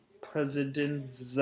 president